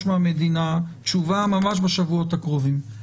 מהמדינה תשובה ממש בשבועות הקרובים.